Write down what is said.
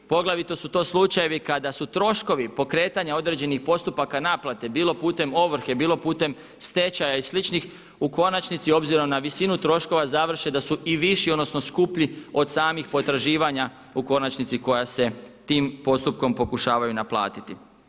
Poglavito su to slučajevi kada su troškovi pokretanja određenih postupaka naplate bilo putem ovrhe, bilo putem stečaja i sličnih u konačnici obzirom na visinu troškova završe da su i viši odnosno skuplji od samih potraživanja u konačnici koja se tim postupkom pokušavaju naplatiti.